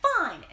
Fine